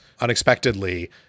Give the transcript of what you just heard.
unexpectedly